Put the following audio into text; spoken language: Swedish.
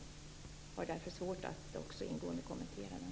Jag har därför svårt att ingående kommentera den.